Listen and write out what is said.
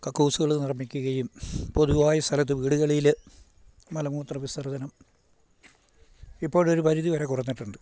കക്കൂസുകൾ നിർമ്മിക്കുകയും പൊതുവായി സ്ഥലത്ത് വീടുകളിൽ മലമൂത്ര വിസർജ്ജനം ഇപ്പോഴൊരു പരിധിവരെ കുറഞ്ഞിട്ടുണ്ട്